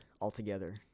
altogether